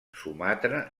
sumatra